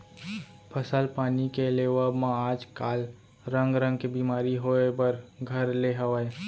फसल पानी के लेवब म आज काल रंग रंग के बेमारी होय बर घर ले हवय